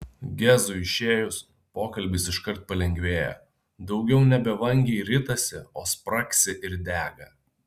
gezui išėjus pokalbis iškart palengvėja daugiau nebe vangiai ritasi o spragsi ir dega